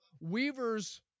weaver's